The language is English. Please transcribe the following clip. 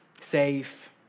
safe